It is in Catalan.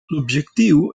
l’objectiu